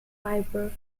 fibre